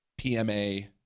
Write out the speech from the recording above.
PMA